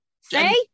say